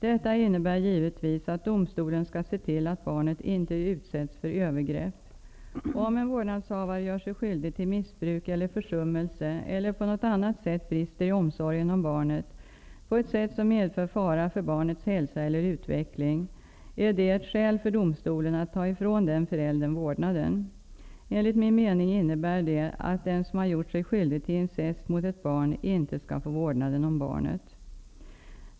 Detta innebär givetvis att domstolen skall se till att barnet inte utsätts för övergrepp. Om en vårdnadshavare gör sig skyldig till missbruk eller försummelse eller på något annat sätt brister i omsorgen om barnet på ett sätt som medför fara för barnets hälsa eller utveckling, är det ett skäl för domstolen att ta ifrån den föräldern vårdnaden. Enligt min mening innebär det att den som har gjort sig skyldig till incest mot ett barn inte skall få vårdnaden om barnet.